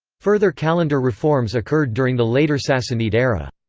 further calendar reforms occurred during the later sassanid era.